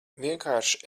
vienkārši